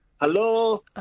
Hello